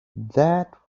that